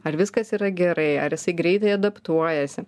ar viskas yra gerai ar jisai greitai adaptuojasi